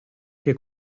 che